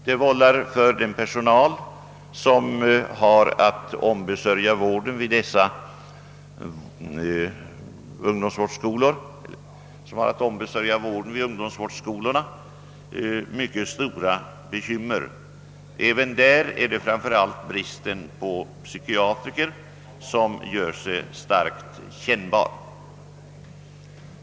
Detta vållar mycket stora bekymmer för den personal som har att ombesörja vården vid ungdomsvårdsskolorna. Även därvidlag är det framför allt bristen på psykiatriker som är mycket kännbar.